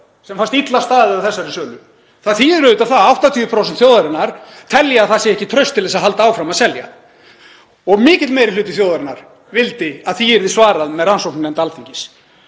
sem fannst illa staðið að þessari sölu. Það þýðir auðvitað að 80% þjóðarinnar telja að það sé ekki traust til þess að halda áfram að selja. Mikill meiri hluti þjóðarinnar vildi að því yrði svarað með rannsóknarnefnd Alþingis.